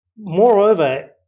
moreover